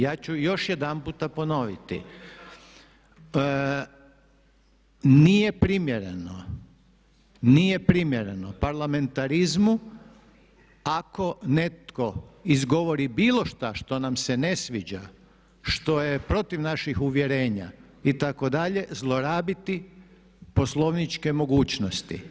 Ja ću još jedanputa ponoviti nije primjereno, nije primjereno parlamentarizmu ako netko izgovori bilo šta što nam se ne sviđa, što je protiv naših uvjerenja itd. zlorabiti poslovničke mogućnosti.